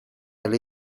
alle